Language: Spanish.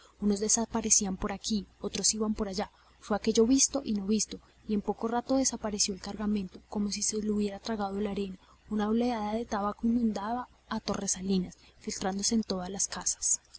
unos desaparecían por aquí otros se iban por allá fue aquello visto y no visto y en poco rato desapareció el cargamento como si lo hubiera tragado la arena una oleada de tabaco inundaba a torresalinas filtrándose en todas las casas